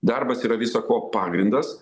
darbas yra viso ko pagrindas